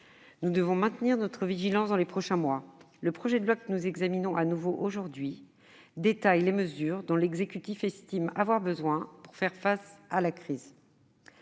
nous devons maintenir notre vigilance dans les prochains mois. Le projet de loi que nous examinons de nouveau aujourd'hui détaille les mesures dont l'exécutif estime avoir besoin pour faire face à la crise.